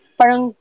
parang